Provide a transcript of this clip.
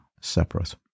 separate